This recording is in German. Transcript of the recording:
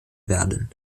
werden